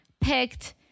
picked